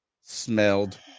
smelled